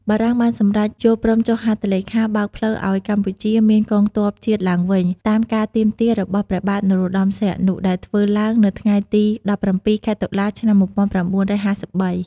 បារាំងបានសំរេចយល់ព្រមចុះហត្ថលេខាបើកផ្លូវឱ្យកម្ពុជាមានកងទ័ពជាតិឡើងវិញ តាមការទាមទារ របស់ព្រះបាទ នរោត្តមសីហនុ ដែលធ្វើឡើងនៅថ្ងៃទី១៧ ខែតុលា ឆ្នាំ ១៩៥៣។